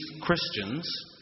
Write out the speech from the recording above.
Christians